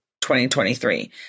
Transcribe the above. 2023